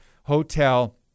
hotel